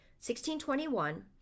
1621